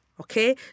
Okay